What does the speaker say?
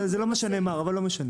זה לא מה שנאמר, אבל לא משנה.